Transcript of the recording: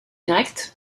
directe